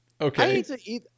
Okay